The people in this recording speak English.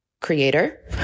creator